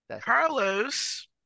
Carlos